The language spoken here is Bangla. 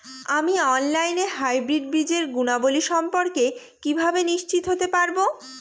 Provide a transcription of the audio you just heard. আমি অনলাইনে হাইব্রিড বীজের গুণাবলী সম্পর্কে কিভাবে নিশ্চিত হতে পারব?